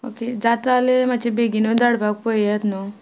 okay जाता जाल्या मात्शे बेगीनू धाडपाक पळयात न्हू